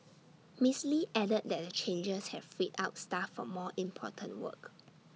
miss lee added that the changes have freed up staff for more important work